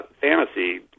fantasy